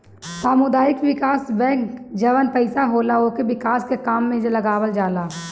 सामुदायिक विकास बैंक जवन पईसा होला उके विकास के काम में लगावल जाला